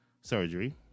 surgery